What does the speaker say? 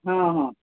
ହଁ ହଁ